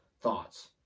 thoughts